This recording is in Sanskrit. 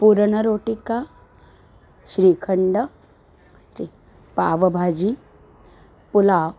पूरणाटिका श्रीखण्ड पावभाजि पुलाब्